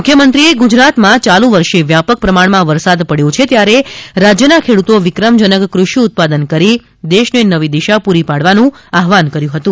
મુખ્યમંત્રીએ ગુજરાતમા ચાલું વર્ષે વ્યાપક પ્રમાણમાં વરસાદ પડ્યો છે ત્યારે રાજ્યના ખેડૂતો વિક્રમ જનક કૃષિ ઉત્પાદન કરી દેશને નવી દિશા પૂરી પાડવાનું આહવાન કર્યું હતું